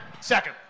Second